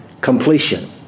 Completion